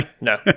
no